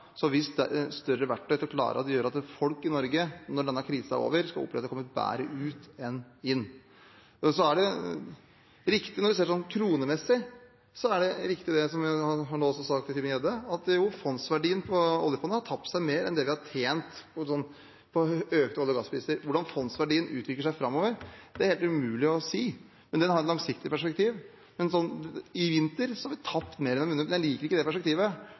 større verktøy til å klare å gjøre at folk i Norge, når denne krisen er over, skal oppleve at de har kommet bedre ut enn inn. Kronemessig er det riktig som det også ble sagt til Tybring-Gjedde, at fondsverdien på oljefondet har tapt seg mer enn vi har tjent på økte olje- og gasspriser. Hvordan fondsverdien utvikler seg framover, er helt umulig å si. Den har et langsiktig perspektiv. I vinter har vi tapt mer enn vi har vunnet. Jeg liker ikke det perspektivet,